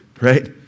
right